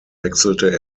wechselte